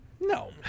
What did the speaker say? No